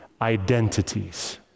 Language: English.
identities